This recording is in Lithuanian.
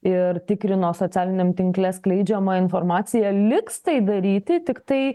ir tikrino socialiniam tinkle skleidžiamą informaciją liks tai daryti tiktai